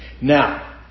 Now